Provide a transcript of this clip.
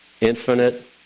infinite